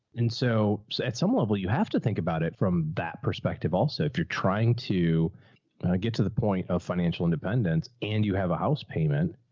and so at some level you have to think about it from that perspective. also, if you're trying to get to the point of financial independence and you have a house payment,